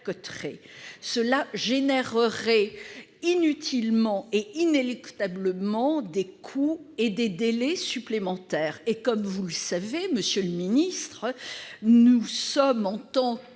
mesure générerait inutilement et inéluctablement des coûts et des délais supplémentaires. Or, comme vous le savez, monsieur le ministre, nous sommes aussi en tant que